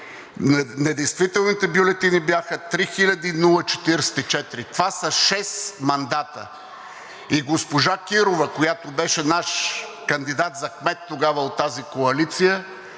Недействителните бюлетини бяха 3044 това са шест мандата и госпожа Кирова, която беше наш кандидат за кмет от тази коалиция,